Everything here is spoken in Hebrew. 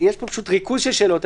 יש פה ריכוז של שאלות,